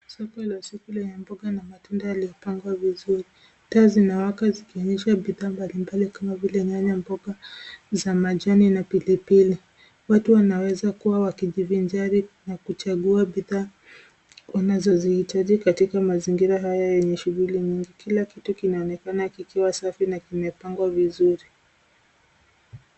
Soko la siku lenye mboga na matunda yaliyopangwa vizuri. Taa zinawaka zikionyesha bidhaa mbalimbali kama vile nyanya, mboga za majani na pilipili. Watu wanawezakua wakijivinjari na kuchagua bidhaa wanazozihitaji katika mazingira haya yenye shughuli nyingi. Kila kitu kinaonekana kikiwa safi na vimepangwa vizuri.